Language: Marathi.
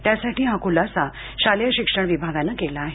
त्यासाठी हा खुलासा शालेय शिक्षण विभागानं केला आहे